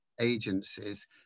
agencies